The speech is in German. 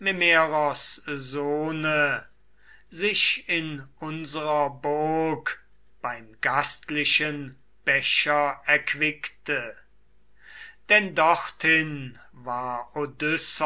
sich in unserer burg beim gastlichen becher erquickte denn dorthin war